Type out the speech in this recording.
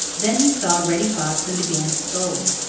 then he saw reddy fox and began to scold.